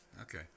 Okay